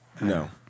no